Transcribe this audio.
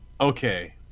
okay